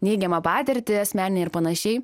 neigiamą patirtį asmeninę ir panašiai